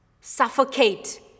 suffocate